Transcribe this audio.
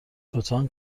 لطفا